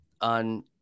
on